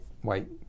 white